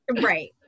Right